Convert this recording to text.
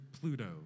Pluto